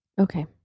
Okay